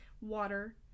water